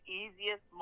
easiest